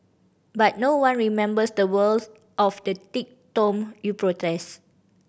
but no one remembers the words of the thick tome you protest